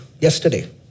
yesterday